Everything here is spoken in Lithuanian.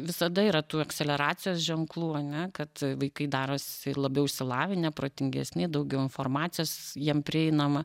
visada yra tų akceleracijos ženklų ane kad vaikai darosi labiau išsilavinę protingesni daugiau informacijos jiem prieinama